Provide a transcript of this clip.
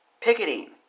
picketing